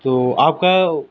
جو آپ کا